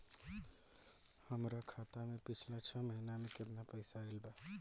हमरा खाता मे पिछला छह महीना मे केतना पैसा आईल बा?